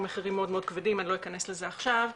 מחירים מאוד כבדים ולא אכנס לזה עכשיו,